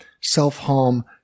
self-harm